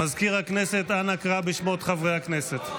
מזכיר הכנסת, אנא קרא בשמות חברי הכנסת.